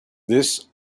this